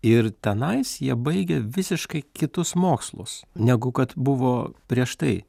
ir tenais jie baigė visiškai kitus mokslus negu kad buvo prieš tai